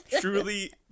truly